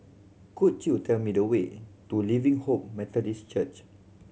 could you tell me the way to Living Hope Methodist Church